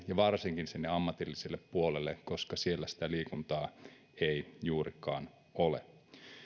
ja varsinkin sinne ammatilliselle puolelle koska siellä sitä liikuntaa ei juurikaan ole